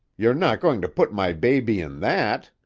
you're not going to put my baby in that?